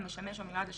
המשמש או המיועד לשמש,